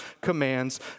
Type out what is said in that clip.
commands